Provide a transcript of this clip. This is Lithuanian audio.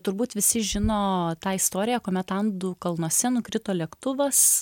turbūt visi žino tą istoriją kuomet andų kalnuose nukrito lėktuvas